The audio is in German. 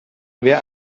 wer